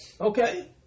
Okay